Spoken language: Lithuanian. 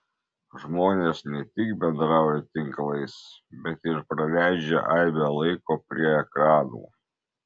žmonės ne tik bendrauja tinklais bet ir praleidžia aibę laiko prie ekranų